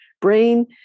brain